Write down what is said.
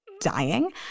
dying